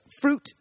fruit